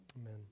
Amen